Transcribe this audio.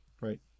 right